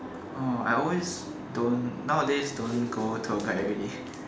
oh I always don't nowadays don't go tour guide already